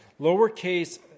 lowercase